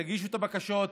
תגישו את הבקשות,